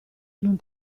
non